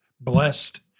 blessed